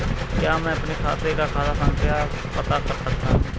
क्या मैं अपने खाते का खाता संख्या पता कर सकता हूँ?